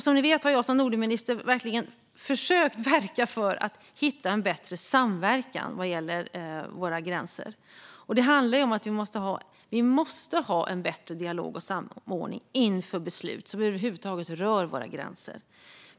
Som ni vet har jag som Nordenminister verkligen försökt verka för att hitta en bättre samverkan vad gäller våra gränser. Det handlar om att vi måste ha en bättre dialog och samordning inför alla beslut som över huvud taget rör våra gränser.